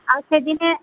আর সেদিনে